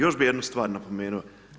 Još bih jednu stvar napomenuo.